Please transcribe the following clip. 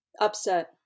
upset